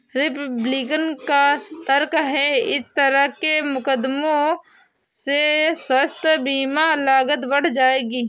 Republican का तर्क है कि इस तरह के मुकदमों से स्वास्थ्य बीमा लागत बढ़ जाएगी